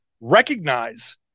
recognize